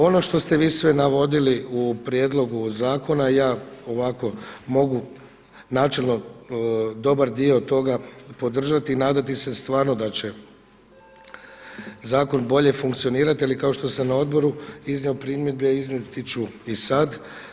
Ono što ste vi sve navodili u prijedlogu zakona, ja ovako mogu načelno dobar dio toga podržati i nadati se stvarno da će zakon bolje funkcionirati jel kao što sam i na odboru iznio primjedbe, iznijeti ću i sad.